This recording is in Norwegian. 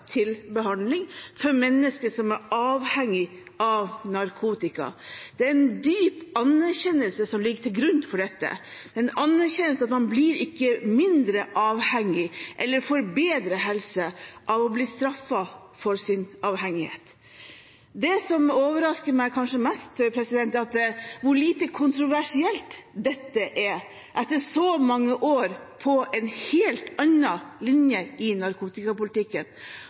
til behandling for mennesker som er avhengige av narkotika. Det er en dyp anerkjennelse som ligger til grunn for dette – en anerkjennelse av at man blir ikke mindre avhengig eller får bedre helse av å bli straffet for sin avhengighet. Det som kanskje overrasker meg mest, er hvor lite kontroversielt dette er, etter så mange år med en helt annen linje i narkotikapolitikken,